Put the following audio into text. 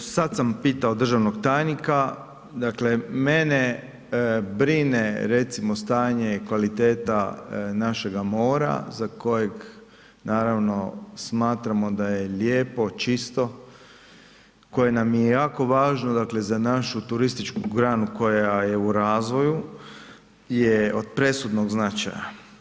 Sad sam pitao državnog tajnika, dakle mene brine recimo stanje i kvaliteta našega mora za kojeg naravno smatramo da je lijepo, čisto, koje nam je jako važno dakle za našu turističku granu koja je u razvoju je od presudnog značaja.